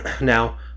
Now